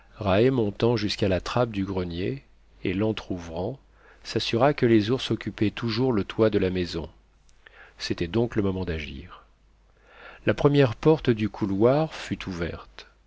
rae montant jusqu'à la trappe du grenier et l'entr'ouvrant s'assura que les ours occupaient toujours le toit de la maison c'était donc le moment d'agir la première porte du couloir fut ouverte